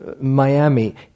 Miami